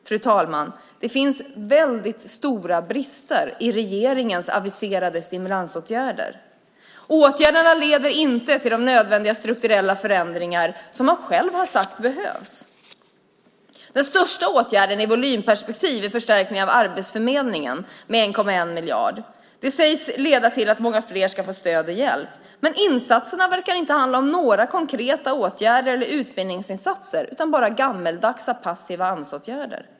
Fru talman! Det finns väldigt stora brister i regeringens aviserade stimulansåtgärder. Åtgärderna leder inte till de nödvändiga strukturella förändringar som regeringen själv har sagt behövs. Den största åtgärden i ett volymperspektiv är förstärkningen av Arbetsförmedlingen med 1,1 miljard. Det sägs leda till att många fler ska få stöd och hjälp. Men insatserna verkar inte handla om några konkreta åtgärder eller utbildningsinsatser utan bara om gammaldags, passiva Amsåtgärder.